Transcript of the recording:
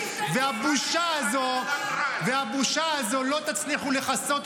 --- משתמטים --- את הבושה הזאת לא תצליחו לכסות,